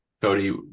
Cody